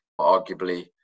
arguably